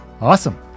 Awesome